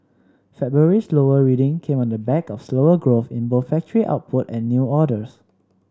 February's lower reading came on the back of slower growth in both factory output and new orders